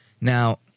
Now